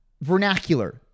vernacular